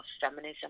feminism